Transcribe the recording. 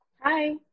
Hi